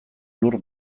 lur